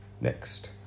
Next